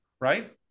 right